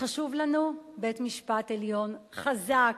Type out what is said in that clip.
חשוב לנו בית-משפט עליון חזק,